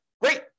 Great